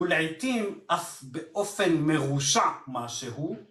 ‫ולעיתים אף באופן מרושע משהו.